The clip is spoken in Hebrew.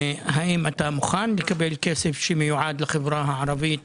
האם אתה מוכן לקבל כסף שמיועד לחברה הערבית